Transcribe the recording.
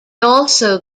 also